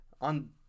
on –